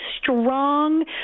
strong